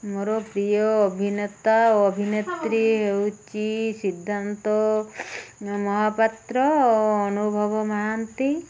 ମୋର ପ୍ରିୟ ଅଭିନେତା ଓ ଅଭିନେତ୍ରୀ ହେଉଛି ସିଦ୍ଧାନ୍ତ ମହାପାତ୍ର ଅନୁଭବ ମହାନ୍ତି